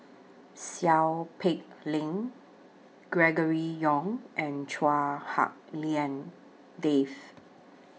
Seow Peck Leng Gregory Yong and Chua Hak Lien Dave